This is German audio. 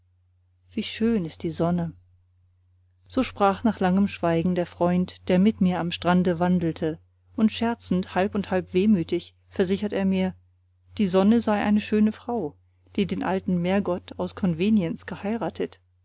wie schön ist die sonne so sprach nach langem schweigen der freund der mit mir am strande wandelte und scherzend halb und halb wehmütig versichert er mir die sonne sei eine schöne frau die den alten meergott aus konvenienz geheiratet